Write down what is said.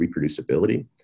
reproducibility